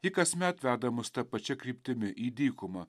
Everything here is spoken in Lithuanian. ji kasmet veda mus ta pačia kryptimi į dykumą